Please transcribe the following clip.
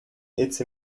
its